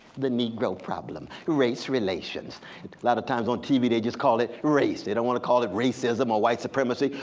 the negro problem, race relations. a lot of times on tv they just call it race. they don't want to call it racism, or white supremacy.